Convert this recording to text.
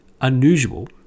unusual